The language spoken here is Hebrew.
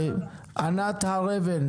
ענת הר אבן,